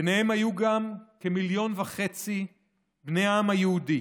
ביניהם היו גם כמיליון וחצי בני העם היהודי,